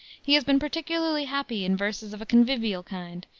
he has been particularly happy in verses of a convivial kind,